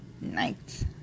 night